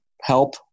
help